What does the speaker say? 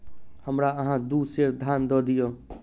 हमरा अहाँ दू सेर धान दअ दिअ